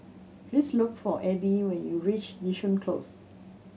please look for Abbie when you reach Yishun Close